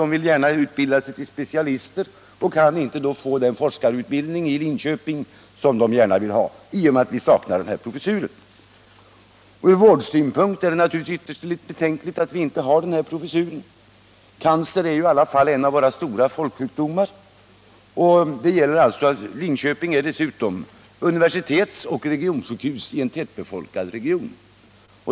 De vill gärna utbilda sig till specialister och kan inte i Linköping få den forskarutbildning som de gärna vill ha i och med att universitetet saknar denna professur. Från vårdsynpunkt är det naturligtvis ytterligt betänkligt att universitetet inte har denna professur. Cancer är i alla fall en av våra stora folksjukdomar. Linköpings sjukhus är dessutom universitetsoch regionsjukhus i en tättbefolkad region.